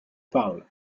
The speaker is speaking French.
parle